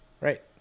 right